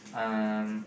um